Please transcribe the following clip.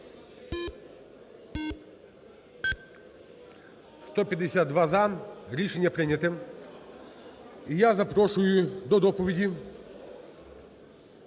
152-за. Рішення прийняте. І я запрошую до доповіді